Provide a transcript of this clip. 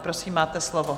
Prosím, máte slovo.